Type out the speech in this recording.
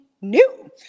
new